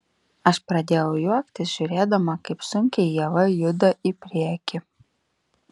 aš pradėjau juoktis žiūrėdama kaip sunkiai ieva juda į priekį